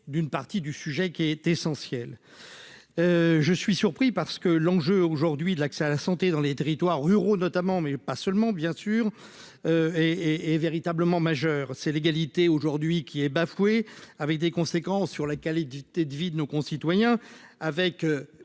d'une partie du sujet qui est essentiel, je suis surpris parce que l'enjeu aujourd'hui de l'accès à la santé dans les territoires ruraux, notamment mais pas seulement bien sûr et et véritablement majeur, c'est l'égalité aujourd'hui qui est bafouée, avec des conséquences sur la qualité de vie de nos concitoyens avec